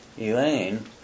Elaine